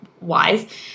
wise